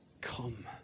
come